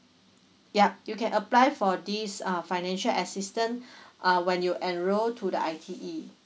yup you can apply for this uh financial assistant uh when you enroll to the I_T_E